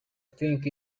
think